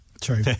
True